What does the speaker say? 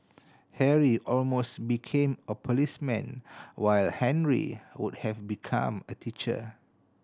Harry almost became a policeman while Henry would have become a teacher